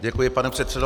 Děkuji, pane předsedo.